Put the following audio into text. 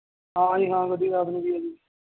ਹਾਂ ਜੀ ਹਾਂ ਗੱਡੀ ਤਾਂ ਆਪਣੀ ਵੀ ਹੈ ਜੀ